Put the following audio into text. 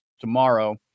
tomorrow